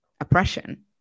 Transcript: oppression